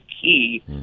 key